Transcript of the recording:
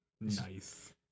Nice